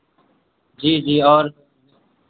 जी जी और